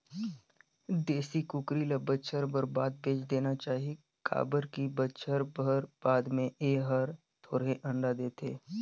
देसी कुकरी ल बच्छर भर बाद बेच देना चाही काबर की बच्छर भर बाद में ए हर थोरहें अंडा देथे